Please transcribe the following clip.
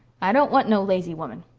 i don't want no lazy woman.